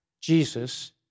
Jesus